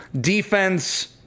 Defense